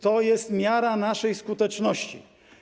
To jest miara naszej skuteczności.